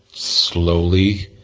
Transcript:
slowly,